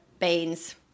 beans